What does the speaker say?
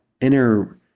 inner